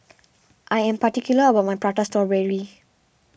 I am particular about my Prata Strawberry